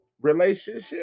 relationship